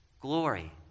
Glory